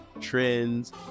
trends